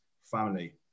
family